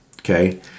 Okay